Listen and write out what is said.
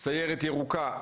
׳הסיירת הירוקה׳.